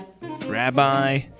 rabbi